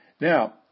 Now